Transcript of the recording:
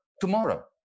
tomorrow